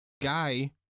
Guy